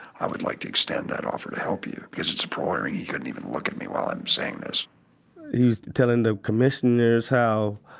i would like to extend that offer to help you. because it's a parole hearing, he couldn't even look at me while i'm saying this he was telling the commissioners how